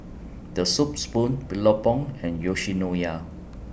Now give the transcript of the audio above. The Soup Spoon Billabong and Yoshinoya